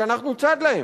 שאנחנו צד להן.